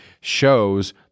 shows